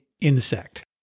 insect